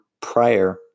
prior